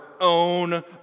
own